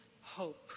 hope